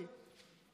אז מה זה פלורליזם?